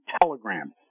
telegram